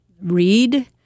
read